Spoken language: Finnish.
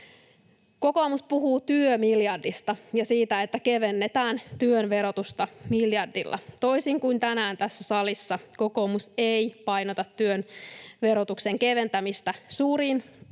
Kokoomus puhuu työmiljardista ja siitä, että kevennetään työn verotusta miljardilla. Toisin kuin tänään tässä salissa kokoomus ei painota työn verotuksen keventämistä suuriin tuloluokkiin